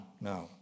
no